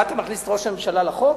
מה אתה מכניס את ראש הממשלה לחוק.